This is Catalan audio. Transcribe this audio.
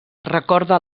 recorda